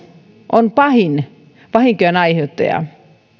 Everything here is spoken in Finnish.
on pahin vahinkojen aiheuttaja